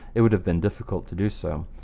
it would have been difficult to do so.